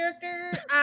character